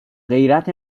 غیرت